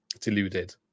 deluded